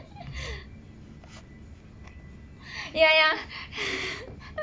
ya ya